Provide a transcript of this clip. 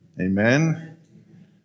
Amen